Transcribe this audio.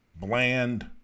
bland